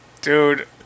Dude